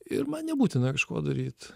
ir man nebūtina kažko daryt